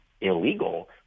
illegal